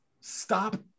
Stop